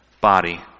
body